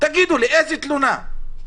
תגידו לי, איזה תלונה.